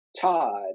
Todd